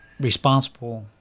responsible